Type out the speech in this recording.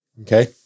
Okay